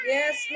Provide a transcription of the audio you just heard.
Yes